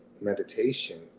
meditation